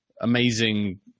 amazing